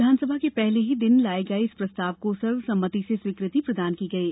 विधानसभा के पहले ही दिन लाये गये इस प्रस्ताव को सर्वसम्मति से स्वीकृति प्रदान की गयी